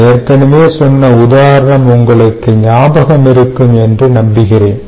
நான் ஏற்கனவே சொன்ன உதாரணம் உங்களுக்கு ஞாபகம் இருக்கும் என்று நம்புகிறேன்